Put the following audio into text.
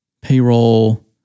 Payroll